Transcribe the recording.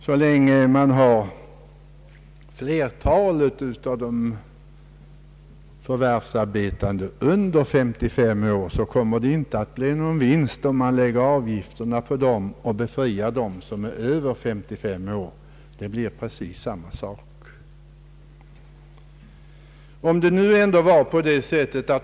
Så länge flertalet av de förvärvsarbetande är under 55 år, kommer det inte att bli någon vinst, om avgifterna läggs på denna grupp och om de som är över 55 år blir befriade från avgift — effekten blir precis densamma.